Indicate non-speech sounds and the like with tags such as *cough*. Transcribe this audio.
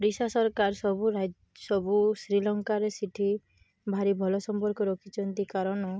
ଓଡ଼ିଶା ସରକାର ସବୁ *unintelligible* ସବୁ ଶ୍ରୀଲଙ୍କାରେ ସେଇଠି ଭାରି ଭଲ ସମ୍ପର୍କ ରଖିଛନ୍ତି କାରଣ